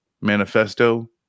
Manifesto